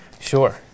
Sure